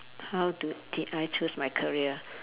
how do did I choose my career